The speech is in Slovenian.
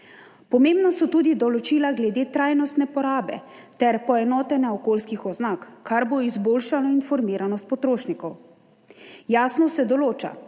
Pomembna so tudi določila glede trajnostne porabe ter poenotenja okoljskih oznak, kar bo izboljšalo informiranost potrošnikov. Jasno se določa,